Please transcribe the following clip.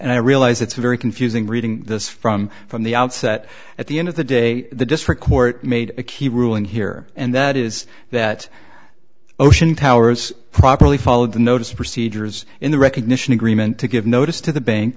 and i realize it's very confusing reading this from from the outset at the end of the day the district court made a key ruling here and that is that ocean towers properly followed the notice of procedures in the recognition agreement to give notice to the bank